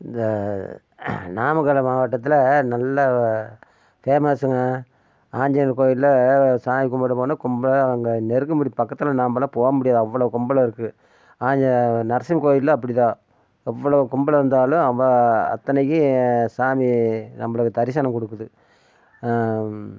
இந்த நாமக்கல் மாவட்டத்தில் நல்ல ஃபேமஸ்ஸுங்க ஆஞ்சநேயர் கோயில்ல சாமி கும்பிட போனால் அங்கே நெருங்க முடியாது பக்கத்தில் நம்பலாம் போகமுடியாது அவ்வளோ கும்பலும் இருக்கும் நரசிம்ம கோயில்லையும் அப்படிதான் எவ்வளோ கும்பல் இருந்தாலும் அத்தனைக்கும் சாமி நம்மளுக்கு தரிசனம் கொடுக்குது